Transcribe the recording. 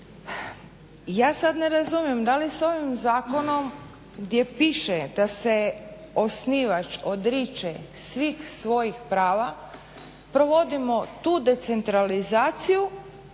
Ja sad ne razumijem, da li sa ovim Zakonom gdje piše da se osnivač odriče svih svojih prava provodimo tu decentralizaciju